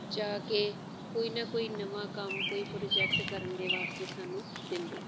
ਜਾ ਕੇ ਕੋਈ ਨਾ ਕੋਈ ਨਵਾਂ ਕੰਮ ਕੋਈ ਪ੍ਰੋਜੈਕਟ ਕਰਨ ਦੇ ਵਾਸਤੇ ਸਾਨੂੰ ਦਿੰਦੇ ਹਨ